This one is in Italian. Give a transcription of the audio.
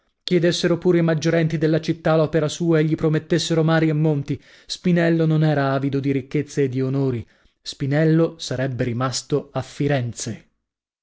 chiedessero pure i maggiorenti della città l'opera sua e gli promettessero mari e monti spinello non era avido di ricchezze e di onori spinello sarebbe rimasto a firenze